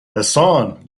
hasan